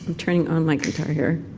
and turning on my guitar here.